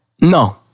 No